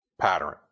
pattern